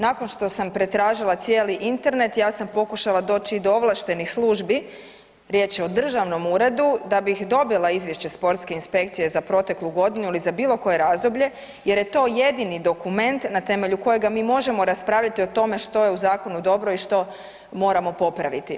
Nakon što sam pretražila cijeli internet, ja sam pokušala doći do ovlaštenih službi, riječ je o državnom uredu, da bih dobila Izvješće sportske inspekcije za proteklu godinu ili za bilo koje razdoblje, jer je to jedini dokument na temelju kojega mi možemo raspravljati o tome što je u Zakonu dobro i što moramo popraviti.